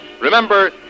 Remember